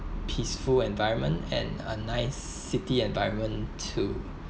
peaceful environment and a nice city environment too